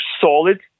solid